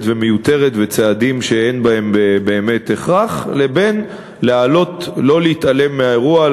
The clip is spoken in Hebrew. ומיותרת וצעדים שאין בהם הכרח לבין התעלמות מהאירוע.